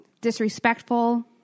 disrespectful